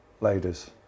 ladies